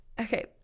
okay